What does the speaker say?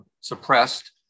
suppressed